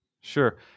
Sure